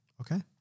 Okay